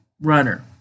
runner